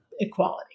equality